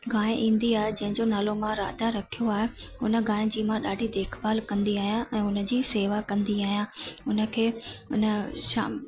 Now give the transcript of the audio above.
गांइ ईंदी आहे जंहिं जो नालो मां राधा रखियो आहे उन गांइ जी मां ॾाढी देखभाल कंदी आहियां ऐं उनजी सेवा कंदी आहियां उनखे हेन शाम सुबुह